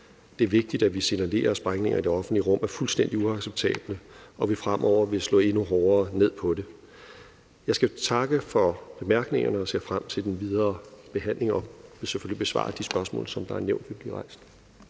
Det er vigtigt, at vi signalerer, at sprængninger i det offentlige rum er fuldstændig uacceptabelt, og at vi fremover vil slå endnu hårdere ned på det. Jeg skal som sagt takke for bemærkningerne og ser frem til den videre behandling og vil selvfølgelig besvare de spørgsmål, som det er nævnt vil blive rejst.